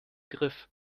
griff